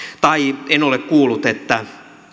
tai en ole kuullut että